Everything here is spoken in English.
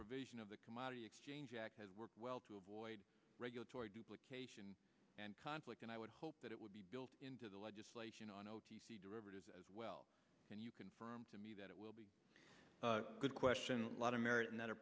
provision of the commodity exchange act has worked well to avoid regulatory duplication and conflict and i would hope that it would be built into the legislation on o t c derivatives as well and you confirmed to me that it will be a good question a lot of merit in th